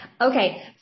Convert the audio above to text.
Okay